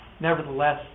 nevertheless